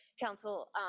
Council